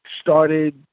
started